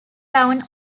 down